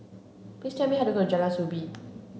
please tell me how to get to Jalan Soo Bee